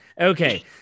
Okay